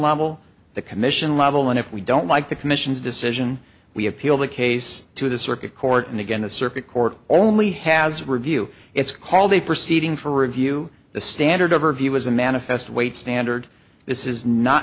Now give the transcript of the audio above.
level the commission level and if we don't like the commission's decision we appeal the case to the circuit court and again the circuit court only has review it's called a proceeding for review the standard of review is a manifest weight standard this is not